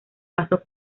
paso